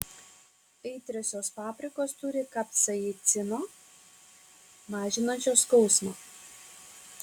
aitriosios paprikos turi kapsaicino mažinančio skausmą